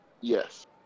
yes